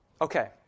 Okay